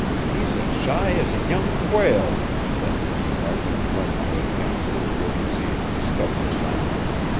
he's as shy as a young quail, said wainwright, when my advances were received in stubborn silence.